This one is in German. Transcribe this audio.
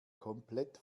komplett